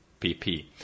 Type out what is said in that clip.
PP